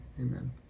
Amen